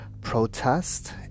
protest